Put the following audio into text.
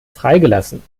freigelassen